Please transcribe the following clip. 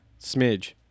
smidge